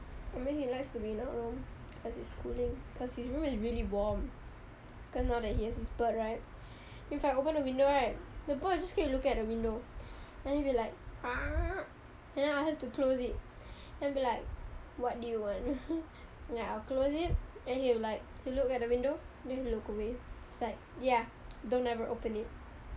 I mean he likes to be in our room cause it's cooling cause his room is really warm cause now he has his bird right if I open the window right the bird just keep looking at the window and then if you like then I have to close it and be like what do you want ya I'll close it and he will like he'll look at the window then he will look away it's like ya don't ever open it